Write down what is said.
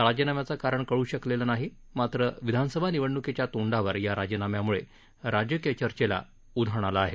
राजीनाम्याचं कारण कळू शकलेलं नाही मात्र विधानसभा निवडण्कीच्या तोंडावर या राजीनाम्याम्ळे राजकीय चर्चेला उधाण आलं आहे